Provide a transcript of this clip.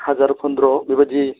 हाजार फन्द्र' बेबायदि